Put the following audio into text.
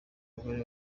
abagore